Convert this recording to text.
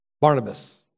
Barnabas